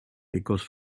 because